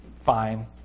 Fine